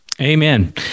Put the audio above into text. Amen